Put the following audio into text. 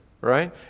right